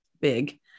big